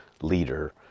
leader